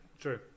true